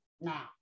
Now